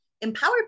empower